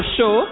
Show